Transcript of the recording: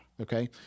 Okay